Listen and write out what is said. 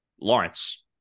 Lawrence